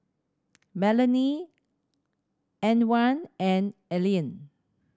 Melany Antwain and Allean